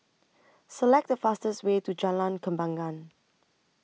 Select The fastest Way to Jalan Kembangan